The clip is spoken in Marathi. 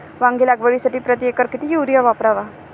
वांगी लागवडीसाठी प्रति एकर किती युरिया वापरावा?